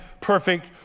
perfect